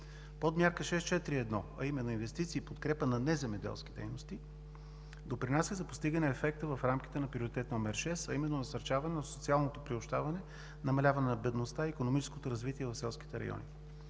Подмярка 6.4.1, а именно „Инвестиции и подкрепа на неземеделски дейности“, допринася за постигане ефекта в рамките на Приоритет № 6, а именно насърчаване на социалното приобщаване, намаляване на бедността и икономическото развитие на селските райони.